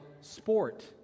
sport